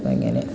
അങ്ങനെ